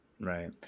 right